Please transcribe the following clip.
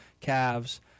calves